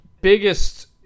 biggest